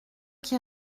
qui